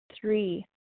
Three